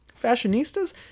Fashionistas